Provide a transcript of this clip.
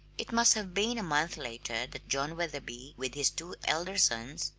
it must have been a month later that john wetherby, with his two elder sons,